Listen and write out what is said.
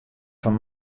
fan